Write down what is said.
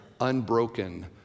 unbroken